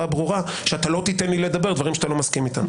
הברורה שלא תיתן לי לדבר דברים שאינך מסכים איתם.